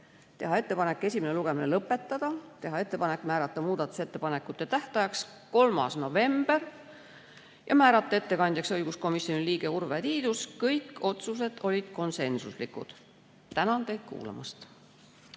teha ettepanek esimene lugemine lõpetada, teha ettepanek määrata muudatusettepanekute tähtajaks 3. november ja määrata ettekandjaks õiguskomisjoni liige Urve Tiidus. Kõik otsused olid konsensuslikud. Tänan teid kuulamast!